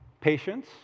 patience